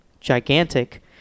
gigantic